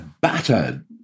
battered